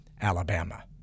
Alabama